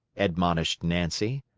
admonished nancy.